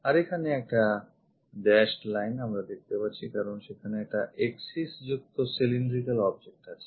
আর এখানে একটা dashed line আমরা দেখতে পাচ্ছি কারণ সেখানে একটা axis যুক্ত cylindrical object আছে